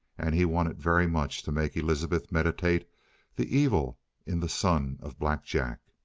and he wanted very much to make elizabeth meditate the evil in the son of black jack.